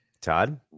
Todd